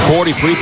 43%